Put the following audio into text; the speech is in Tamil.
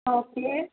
ஆ ஓகே